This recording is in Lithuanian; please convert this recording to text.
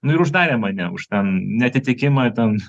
nu ir uždarė mane už ten neatitikimą ten